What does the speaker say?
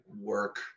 work